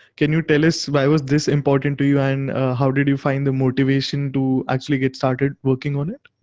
can you tell us why was this important to you? and how did you find the motivation to actually get started working on it?